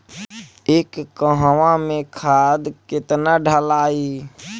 एक कहवा मे खाद केतना ढालाई?